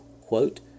quote